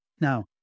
Now